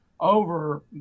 over